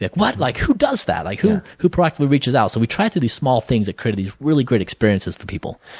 like, what? like who does that? like who who proactivity reaches out? so we tried to do small things that created these really great experiences for people.